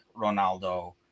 Ronaldo